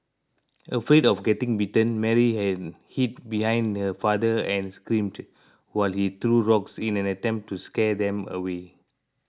afraid of getting bitten Mary hid he behind her father and screamed while he threw rocks in an attempt to scare them away